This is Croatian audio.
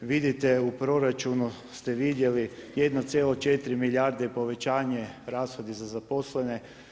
Vidite u proračunu ste vidjeli 1,4 milijarde povećanje rashodi za zaposlene.